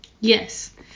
Yes